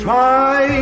Try